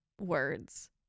words